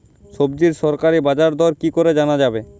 সবজির সরকারি বাজার দর কি করে জানা যাবে?